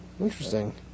Interesting